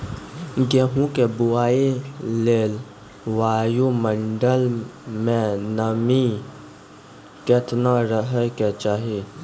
गेहूँ के बुआई लेल वायु मंडल मे नमी केतना रहे के चाहि?